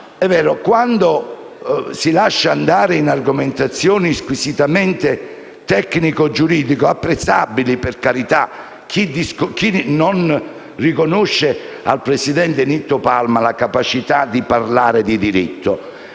Palma si lascia andare in argomentazioni squisitamente tecnico-giuridico, che sono apprezzabili, per carità. Chi non riconosce al presidente Palma la capacità di parlare di diritto?